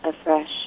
afresh